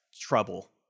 trouble